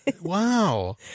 Wow